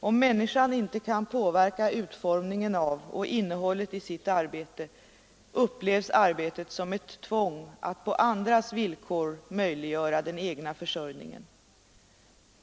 Om människan inte kan påverka utformningen av och innehållet i sitt arbete, upplevs arbetet som ett tvång att på andras villkor möjliggöra den egna försörjningen.